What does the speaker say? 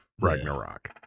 Ragnarok